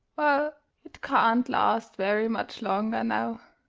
well, it can't last very much longer now.